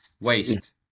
waste